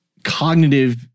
cognitive